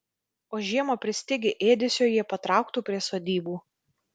o žiemą pristigę ėdesio jie patrauktų prie sodybų